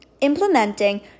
implementing